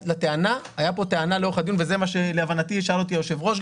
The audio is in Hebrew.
הייתה כאן טענה לאורך הדיון וזה מה שלהבנתי שאל אותי היושב ראש.